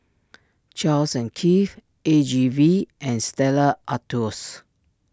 Charles and Keith A G V and Stella Artois